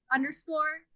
underscore